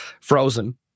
frozen